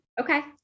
Okay